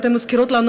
אתן מזכירות לנו,